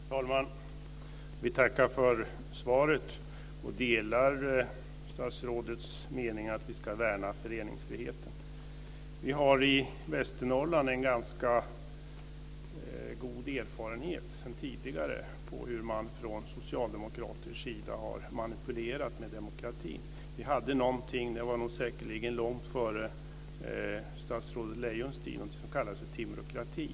Fru talman! Jag tackar för svaret. Jag delar statsrådets åsikt att vi ska värna om föreningsfriheten. I Västernorrland har vi sedan tidigare en god erfarenhet av hur socialdemokrater har manipulerat med demokratin. Vi hade någonting - men det var säkerligen långt före statsrådet Lejons tid - någonting som kallades för Timråkrati.